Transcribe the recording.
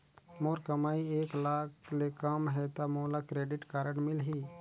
मोर कमाई एक लाख ले कम है ता मोला क्रेडिट कारड मिल ही?